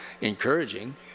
encouraging